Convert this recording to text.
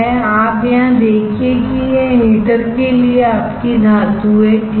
आप यहां देखिए कि यह हीटर के लिए आपकी धातु है ठीक है